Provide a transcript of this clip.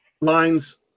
Lines